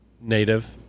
native